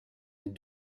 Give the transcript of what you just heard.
les